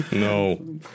No